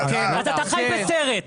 אתה חי בסרט.